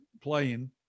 playing